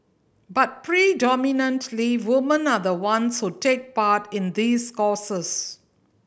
but predominantly women are the ones who take part in these courses